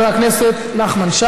10959,